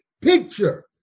picture